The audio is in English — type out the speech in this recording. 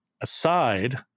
aside